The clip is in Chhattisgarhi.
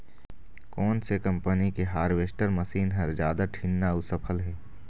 कोन से कम्पनी के हारवेस्टर मशीन हर जादा ठीन्ना अऊ सफल हे?